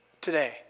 today